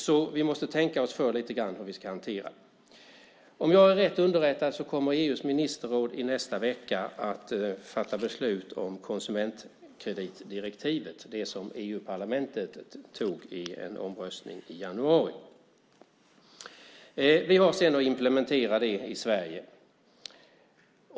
Vi måste alltså tänka oss för lite grann hur vi ska hantera detta. Om jag är rätt underrättad kommer EU:s ministerråd i nästa vecka att fatta beslut om det konsumentkreditdirektiv som EU-parlamentet antog i en omröstning i januari. Vi har sedan att implementera detta i Sverige.